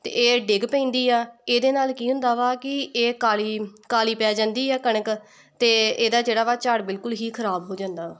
ਅਤੇ ਇਹ ਡਿੱਗ ਪੈਂਦੀ ਆ ਇਹਦੇ ਨਾਲ ਕੀ ਹੁੰਦਾ ਵਾ ਕਿ ਇਹ ਕਾਲੀ ਕਾਲੀ ਪੈ ਜਾਂਦੀ ਹੈ ਕਣਕ ਅਤੇ ਇਹਦਾ ਜਿਹੜਾ ਵਾ ਝਾੜ ਬਿਲਕੁਲ ਹੀ ਖਰਾਬ ਹੋ ਜਾਂਦਾ ਵਾ